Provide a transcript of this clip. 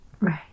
Right